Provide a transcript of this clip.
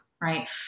right